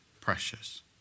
precious